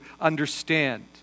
understand